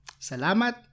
Salamat